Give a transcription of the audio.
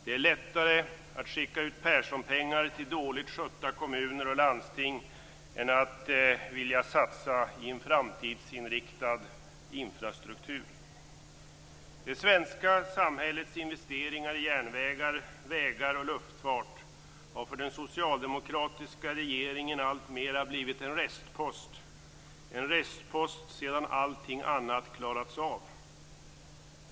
Det är lättare att skicka ut Perssonpengar till dåligt skötta kommuner och landsting än att satsa i en framtidsinriktad infrastruktur. Det svenska samhällets investeringar i järnvägar, vägar och luftfart har för den socialdemokratiska regeringen alltmer blivit en restpost - en restpost sedan allt annat klarats av.